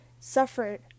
suffered